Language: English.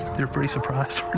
were pretty surprised